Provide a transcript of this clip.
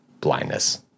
blindness